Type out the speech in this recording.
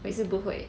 我也是不会